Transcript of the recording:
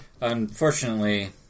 Unfortunately